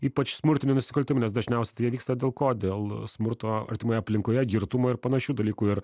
ypač smurtinių nusikaltimų nes dažniausia tai jie vyksta dėl ko dėl smurto artimoje aplinkoje girtumo ir panašių dalykų ir